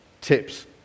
tips